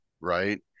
Right